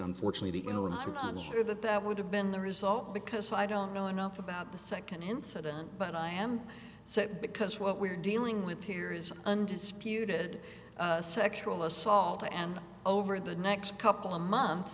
unfortunately in the wintertime here that that would have been the result because i don't know enough about the second incident but i am so because what we're dealing with here is undisputed sexual assault and over the next couple of months